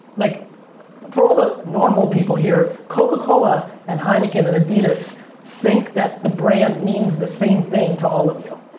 like for all the normal people here, coca cola and heineken and adidas think that the brand means the same thing to all of you.